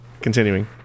continuing